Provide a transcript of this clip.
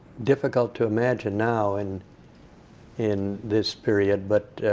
difficult to imagine now and in this period, but